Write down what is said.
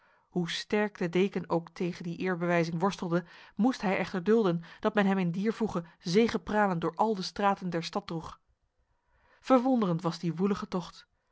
hoe sterk de deken ook tegen die eerbewijzing worstelde moest hij echter dulden dat men hem in dier voege zegepralend door al de straten der stad droeg verwonderend was die woelige tocht